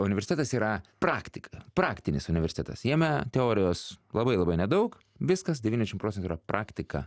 universitetas yra praktika praktinis universitetas jame teorijos labai labai nedaug viskas devyniasdešim procentų yra praktika